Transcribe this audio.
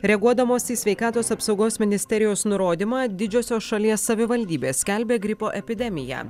reaguodamos į sveikatos apsaugos ministerijos nurodymą didžiosios šalies savivaldybės skelbia gripo epidemiją